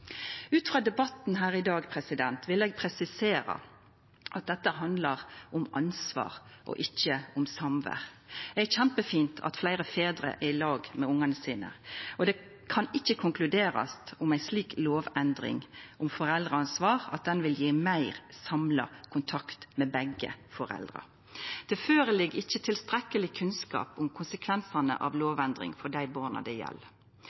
Ut frå debatten her i dag vil eg presisera at dette handlar om ansvar og ikkje om samvær. Det er kjempefint at fleire fedrar er i lag med ungane sine, men det kan ikkje konkluderast at ei slik lovendring om foreldreansvar vil gje meir samla kontakt med begge foreldra. Det ligg ikkje føre tilstrekkeleg kunnskap om konsekvensane av ei lovendring for dei barna det gjeld.